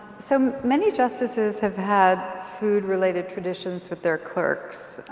so many justices have had food related traditions with their clerks.